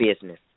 business